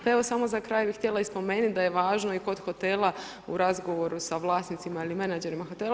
Pa evo, samo za kraj bi htjela i spomenuti da je važno i kod hotela u razgovoru sa vlasnicima ili menadžerima hotela.